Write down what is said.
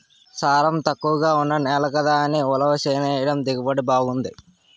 సారం తక్కువగా ఉన్న నేల కదా అని ఉలవ చేనెయ్యడంతో దిగుబడి బావుంది